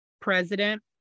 president